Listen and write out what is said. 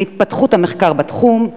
מהתפתחות המחקר בתחום,